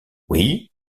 oui